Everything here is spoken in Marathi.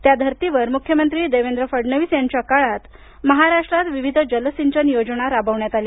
त्या धर्तीवर मुख्यमंत्री देवेन्द्र फडणवीस यांच्या काळात महाराष्ट्रात विविध जलसिंचन योजना राबवण्यात आल्या